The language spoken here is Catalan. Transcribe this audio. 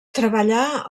treballà